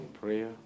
prayer